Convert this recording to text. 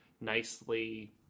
nicely